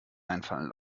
einfallen